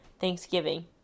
Thanksgiving